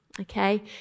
okay